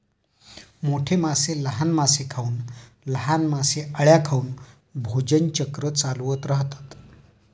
मोठे मासे लहान मासे खाऊन, लहान मासे अळ्या खाऊन भोजन चक्र चालवत राहतात